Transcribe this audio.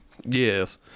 Yes